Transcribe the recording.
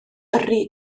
yrru